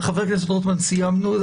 חבר הכנסת רוטמן, סיימנו.